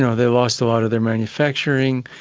and they lost a lot of their manufacturing.